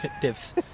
tips